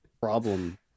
problem